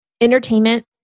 entertainment